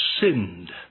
sinned